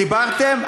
דיברתם?